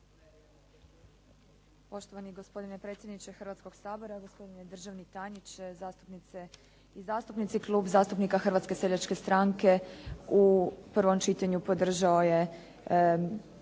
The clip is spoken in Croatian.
Poštovani gospodine predsjedniče Hrvatskoga sabora, gospodine državni tajniče, zastupnice i zastupnici. Klub zastupnika Hrvatske seljačke stranke u prvom čitanju podržao je